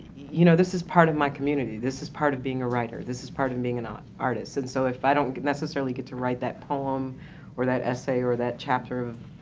you know, this is part of my community, this is part of being a writer, this is part of being an ah an artist, and so if i don't necessarily get to write that poem or that essay or that chapter of,